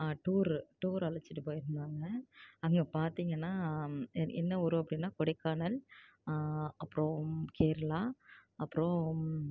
tour tour அழைத்துட்டு போயிருந்தாங்க அங்கே பார்த்திங்கனா என்ன ஊர் அப்படின்னா கொடைக்கானல் அப்றம் கேரளா அப்றம்